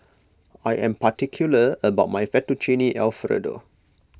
I am particular about my Fettuccine Alfredo